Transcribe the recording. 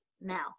now